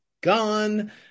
gone